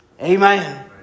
Amen